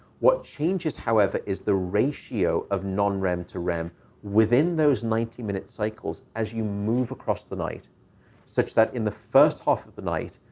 what changes, however, is the ratio of non-rem to rem within those ninety minute cycles as you move across the night such that in the first half of the night,